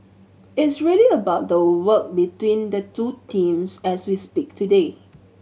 it's really about the work between the two teams as we speak today